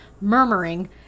murmuring